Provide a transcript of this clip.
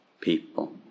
people